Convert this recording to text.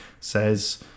says